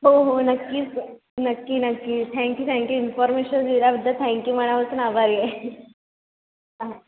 हो हो नक्की नक्की नक्की थँक्यू थँक्यू इन्फॉर्मेशन दिल्याबद्दल थँक्यू मनापासून आभारी आहे हां